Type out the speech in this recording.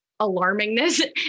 alarmingness